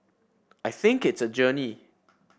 I think it's a journey